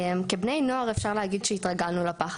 מה הייתה המוטיבציה שלהם להוציא פסק דין כזה,